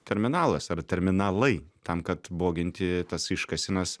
terminalas ar terminalai tam kad boginti tas iškasenas